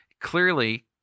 clearly